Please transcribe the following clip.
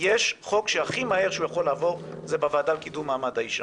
יש חוק שהכי מהר שהוא יכול לעבור זה בוועדה לקידום מעמד האישה.